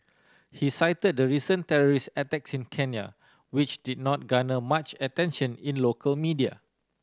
he cited the recent terrorist attack in Kenya which did not garner much attention in local media